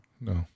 No